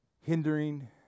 hindering